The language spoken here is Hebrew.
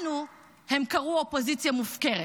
לנו הם קראו אופוזיציה מופקרת.